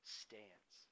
stands